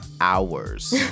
hours